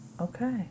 Okay